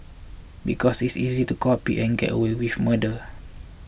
because it's easy to copy and get away with murder